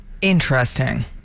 Interesting